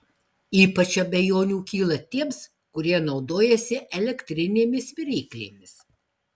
ypač abejonių kyla tiems kurie naudojasi elektrinėmis viryklėmis